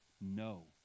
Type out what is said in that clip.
no